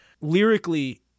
lyrically